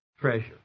treasure